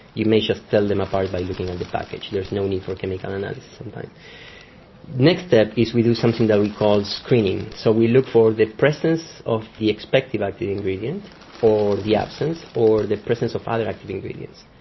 you may just tell them apart by looking at the package, there is no need for chemical analysis sometimes. the next step is we do something that we call screening. so we look for the presence of the expected like active ingredient or the absence, or the presence of other active ingredients.